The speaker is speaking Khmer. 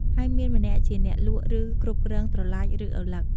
ហើយមានម្នាក់ជាអ្នកលក់ឬគ្រប់គ្រងត្រឡាចឬឪឡឹក។